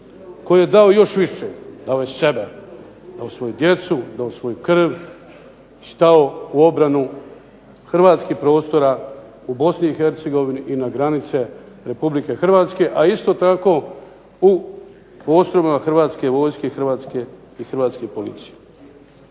koji je dao još više, dao je sebe, dao svoju djecu, dao svoju krv, stao u obranu hrvatskih prostora u Bosni i Hercegovini i na granice Republike Hrvatske, a isto tako u postrojbama Hrvatske vojske i Hrvatske policije.